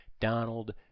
Donald